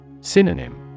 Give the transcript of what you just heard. Synonym